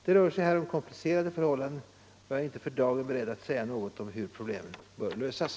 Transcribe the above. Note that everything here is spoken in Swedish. Det rör sig här om = sion, handelsagen komplicerade förhållanden, och jag är inte för dagen beredd att säga tur och handelsre något om hur problemen bör lösas.